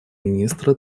министра